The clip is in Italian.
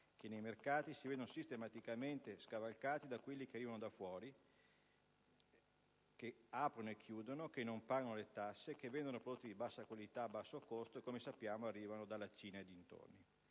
che nei mercati si vedono sistematicamente scavalcati da quelli che arrivano da fuori, che aprono e chiudono, che non pagano le tasse, che vendono prodotti di bassa qualità, a basso costo, che - come sappiamo - arrivano dalla Cina e dintorni.